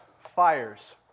fires